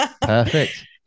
Perfect